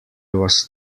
was